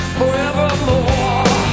forevermore